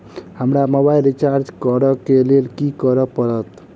हमरा mobile recharge करऽ केँ लेल की करऽ पड़त?